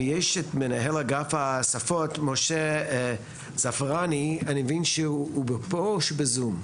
מנהל אגף השפות משה זעפרני שנמצא בזום.